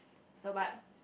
no but